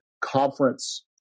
conference